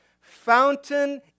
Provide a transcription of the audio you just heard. fountain